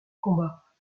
combat